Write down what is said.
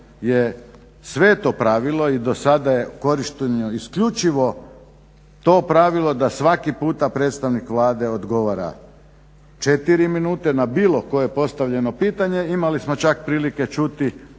je sveto pravilo i do sada je korišteno isključivo to pravilo da svaki puta predstavnik Vlade odgovara 4 minute na bilo koje postavljeno pitanje. Imali smo čak prilike čuti